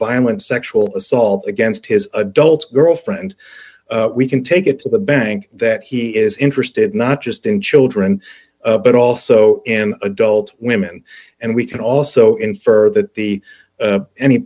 violent sexual assault against his adult girlfriend we can take it to the bank that he is interested not just in children but also in adult women and we can also infer that the